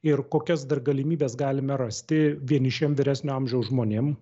ir kokias dar galimybes galime rasti vienišiem vyresnio amžiaus žmonėm